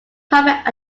private